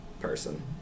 person